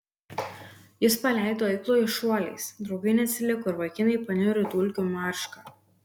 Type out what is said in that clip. jis paleido eiklųjį šuoliais draugai neatsiliko ir vaikinai paniro į dulkių maršką